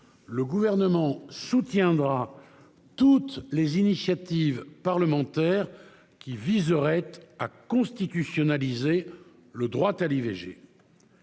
le Gouvernement soutiendra toutes les initiatives parlementaires qui viseraient à constitutionnaliser le droit à l'IVG.